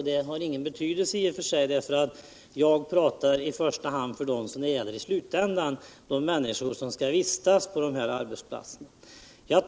Det har i och för sig ingen betydelse, därför att jag talar i första hand för dem som det gäller i slutändan, de människor som skall vistas på arbetsplatserna.